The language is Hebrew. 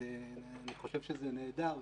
אני חושב שזה נהדר,